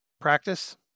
practice